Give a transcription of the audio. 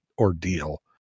ordeal